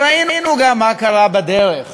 ראינו גם מה קרה בדרך,